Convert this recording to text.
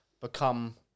become